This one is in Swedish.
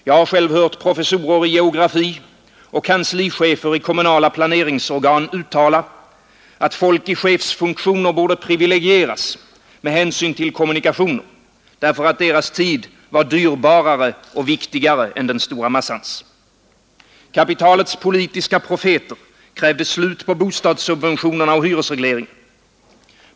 Jag har själv hört professorer i geografi och kanslichefer i kommunala planeringsorgan uttala, att folk i chefsfunktioner borde privilegieras med hänsyn till kommunikationer, därför att deras tid var dyrbarare och viktigare än den stora massans. Kapitalets politiska profeter krävde slut på bostadssubventionerna och hyresregleringen.